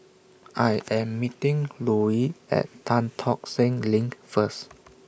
I Am meeting Louie At Tan Tock Seng LINK First